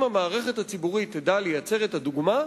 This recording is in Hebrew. אם המערכת הציבורית תדע ליצור את הדוגמה,